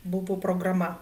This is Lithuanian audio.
buvo programa